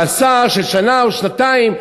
מאסר של שנה או שנתיים,